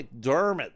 McDermott